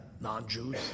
Non-Jews